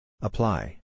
Apply